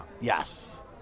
Yes